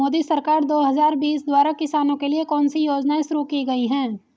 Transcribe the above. मोदी सरकार दो हज़ार बीस द्वारा किसानों के लिए कौन सी योजनाएं शुरू की गई हैं?